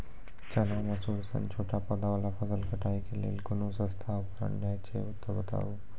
चना, मसूर सन छोट पौधा वाला फसल कटाई के लेल कूनू सस्ता उपकरण हे छै तऽ बताऊ?